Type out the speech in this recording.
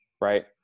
Right